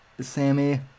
Sammy